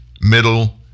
middle